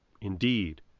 Indeed